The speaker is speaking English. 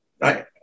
Right